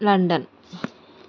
London